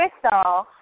Crystal